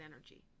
energy